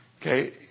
Okay